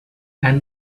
and